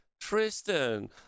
Tristan